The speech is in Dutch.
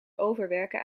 overwerken